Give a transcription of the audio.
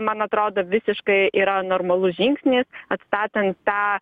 man atrodo visiškai yra normalus žingsnis atstatant tą